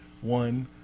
one